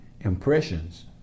Impressions